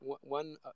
one